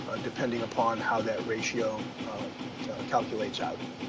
ah depending upon how that ratio calculates out.